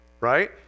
right